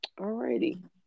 alrighty